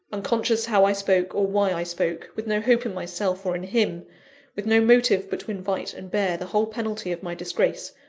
unconscious how i spoke, or why i spoke with no hope in myself, or in him with no motive but to invite and bear the whole penalty of my disgrace,